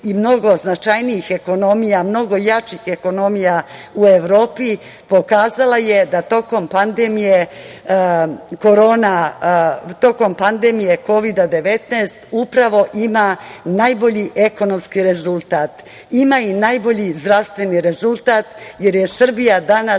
i mnogo značajnijih ekonomija, mnogo jačih ekonomija u Evropi, pokazala je da tokom pandemije Kovida 19, upravo ima najbolji ekonomski rezultat, ima i najbolji zdravstveni rezultat, jer je Srbija danas